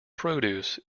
produce